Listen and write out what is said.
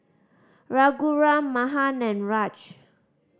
Raghuram Mahan and Raj